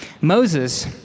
Moses